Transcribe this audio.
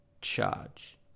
charge